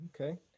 Okay